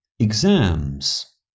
Exams